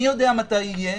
מי יודע מתי יהיה,